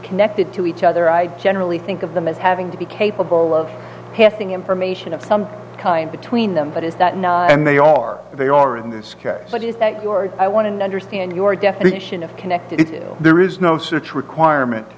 connected to each other i generally think of them as having to be capable of passing information of some kind between them but is that not and they are they are in this case but is that your i want to understand your definition of connected is there is no such requirement